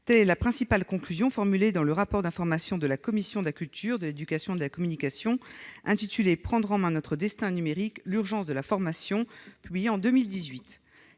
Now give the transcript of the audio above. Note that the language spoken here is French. est la principale conclusion formulée dans le rapport d'information de la commission de la culture, de l'éducation et de la communication intitulé « Prendre en main notre destin numérique : l'urgence de la formation », publié en 2018.